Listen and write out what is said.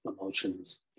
emotions